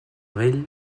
vell